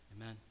amen